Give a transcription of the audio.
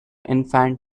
infant